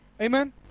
amen